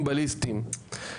תוציא.